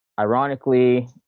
ironically